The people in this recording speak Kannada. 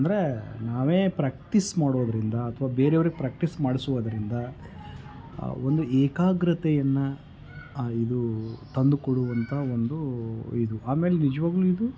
ಅಂದರೆ ನಾವೇ ಪ್ರ್ಯಾಕ್ಟೀಸ್ ಮಾಡೋದರಿಂದ ಅಥವಾ ಬೇರೆಯವ್ರಿಗೆ ಪ್ರ್ಯಾಕ್ಟೀಸ್ ಮಾಡಿಸುವುದ್ರಿಂದ ಒಂದು ಏಕಾಗ್ರತೆಯನ್ನು ಇದು ತಂದು ಕೊಡುವಂತ ಒಂದು ಇದು ಆಮೇಲೆ ನಿಜವಾಗ್ಲೂ ಇದು